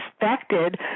expected